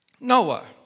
Noah